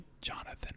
Jonathan